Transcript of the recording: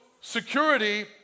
security